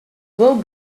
will